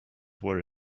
were